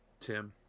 Tim